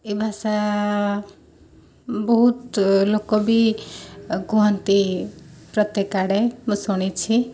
ଏଇ ଭାଷା ବହୁତ ଲୋକ ବି କୁହନ୍ତି ପ୍ରତ୍ୟେକ ଆଡ଼େ ମୁଁ ଶୁଣିଛି